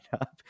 up